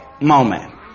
moment